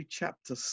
chapter